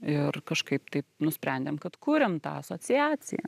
ir kažkaip taip nusprendėm kad kuriam tą asociaciją